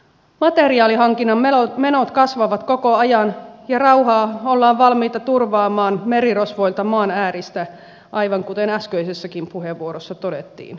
materiaalihankinnan menot kasvavat koko ajan ja rauhaa ollaan valmiita turvaamaan merirosvoilta maan ääristä aivan kuten äskeisessäkin puheenvuorossa todettiin